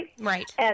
Right